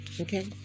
Okay